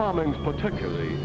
bombing particularly